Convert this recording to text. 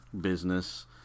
business